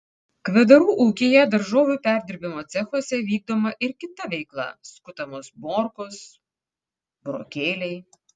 kvedarų ūkyje daržovių perdirbimo cechuose vykdoma ir kita veikla skutamos morkos burokėliai